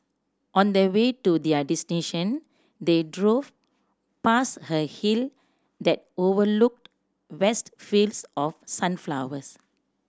on the way to their destination they drove past a hill that overlooked vast fields of sunflowers